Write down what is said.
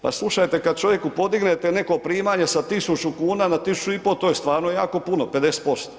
Pa slušajte kad čovjeku podignete neko primanje sa 1.000 kuna na 1.500 to stvarno jako puno 50%